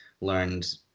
learned